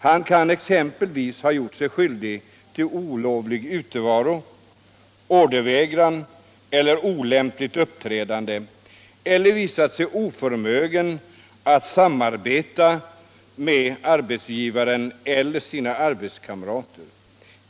Han kan exempelvis ha gjort sig skyldig till olovlig utevaro, ordervägran eller olämpligt uppträdande eller visat sig oförmögcn all samarbeta med arbetsgivaren eller med sina arbetskamrater.